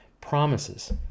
promises